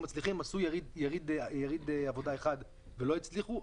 עשו יריד עבודה אחד ולא הצליחו.